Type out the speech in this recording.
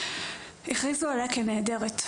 הכריזו עליה כנעדרת,